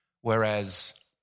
whereas